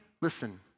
listen